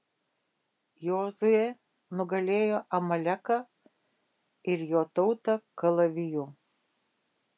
jozuė nugalėjo amaleką ir jo tautą kalaviju